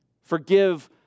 Forgive